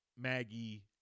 Maggie